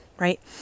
right